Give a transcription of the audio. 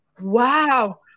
wow